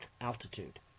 altitude